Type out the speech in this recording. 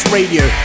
Radio